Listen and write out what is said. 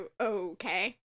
Okay